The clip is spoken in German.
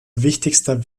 wichtigster